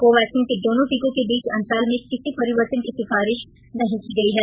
Covaxin के दोनों टीकों के बीच अंतराल में किसी परिवर्तन की सिफारिश नहीं की गई है